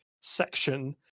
section